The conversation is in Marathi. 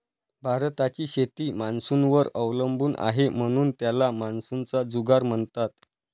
भारताची शेती मान्सूनवर अवलंबून आहे, म्हणून त्याला मान्सूनचा जुगार म्हणतात